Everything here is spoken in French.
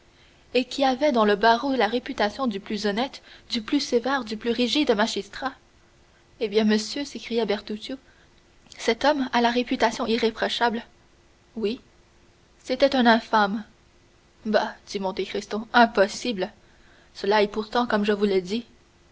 et qui avait dans le barreau la réputation du plus honnête du plus sévère du plus rigide magistrat eh bien monsieur s'écria bertuccio cet homme à la réputation irréprochable oui c'était un infâme bah dit monte cristo impossible cela est pourtant comme je vous le dis